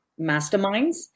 masterminds